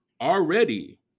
already